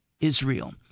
Israel